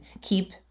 keep